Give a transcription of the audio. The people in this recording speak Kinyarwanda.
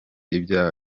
ibyaha